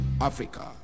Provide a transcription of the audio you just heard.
Africa